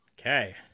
Okay